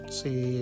see